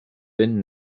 been